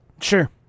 Sure